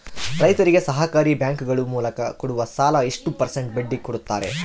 ರೈತರಿಗೆ ಸಹಕಾರಿ ಬ್ಯಾಂಕುಗಳ ಮೂಲಕ ಕೊಡುವ ಸಾಲ ಎಷ್ಟು ಪರ್ಸೆಂಟ್ ಬಡ್ಡಿ ಕೊಡುತ್ತಾರೆ?